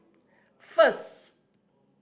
first